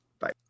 Bye